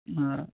آ